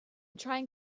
trying